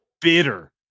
bitter